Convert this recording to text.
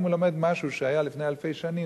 אם הוא לומד משהו שהיה לפני אלפי שנים,